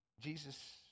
Jesus